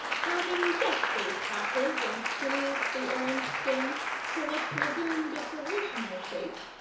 having deftly patted and squeezed the orange-skin till it resumed its original shape,